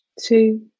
two